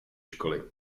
školy